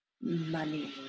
money